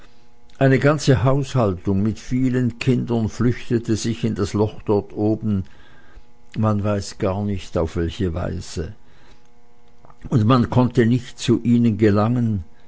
eine ganze haushaltung mit vielen kindern flüchtete sich in das loch dort oben man weiß gar nicht auf welche weise und man konnte nicht zu ihnen gelangen